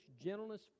gentleness